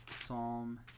psalm